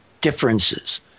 differences